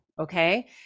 okay